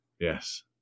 Yes